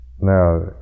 Now